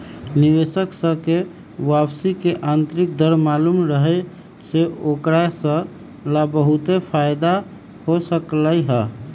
निवेशक स के वापसी के आंतरिक दर मालूम रहे से ओकरा स ला बहुते फाएदा हो सकलई ह